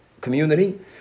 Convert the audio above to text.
community